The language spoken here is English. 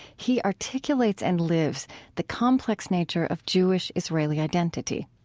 he articulates and lives the complex nature of jewish-israeli identity.